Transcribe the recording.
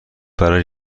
برای